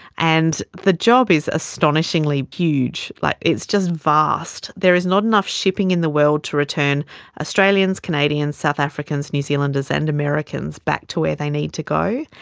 and the job is astonishingly huge, like it's just vast. there's not enough shipping in the world to return australians, canadians, south africans, new zealanders and americans back to where they need to go.